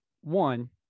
one